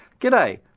G'day